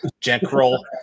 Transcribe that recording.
general